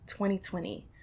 2020